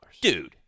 Dude